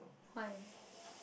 why